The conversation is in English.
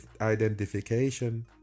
identification